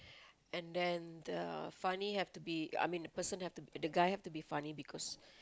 and then the funny have to be I mean the person have to be the guy have to be funny because